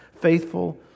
faithful